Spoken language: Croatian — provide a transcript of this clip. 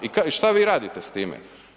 I što vi radite s time?